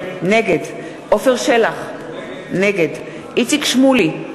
נגד עפר שלח, נגד איציק שמולי,